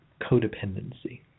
codependency